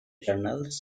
journals